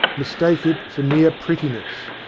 mistake it for mere pretti ness,